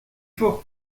fort